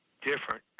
different